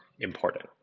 important